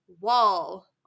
wall